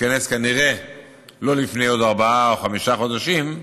תתכנס לא לפני עוד ארבעה או חמישה חודשים.